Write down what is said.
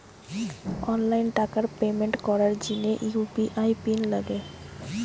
online টাকার payment করার জিনে ইউ.পি.আই পিন লাগে